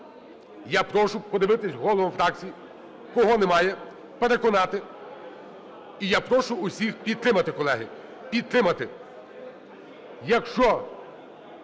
Я прошу подивитись голів фракцій, кого немає, переконати, і я прошу усіх підтримати, колеги, підтримати.